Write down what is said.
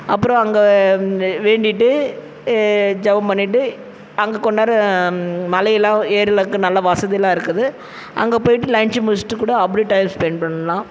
அப்புறம் அங்கே வேண்டிகிட்டு ஜபம் பண்ணிட்டு அங்கே கொண்டாடுற மலையெலாம் ஏறுறக்கு நல்லா வசதியெலாம் இருக்குது அங்கே போய்ட்டு லன்ச் முடிச்சிட்டு கூட அப்படி டைம் ஸ்பெண்ட் பண்ணலாம்